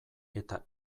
eta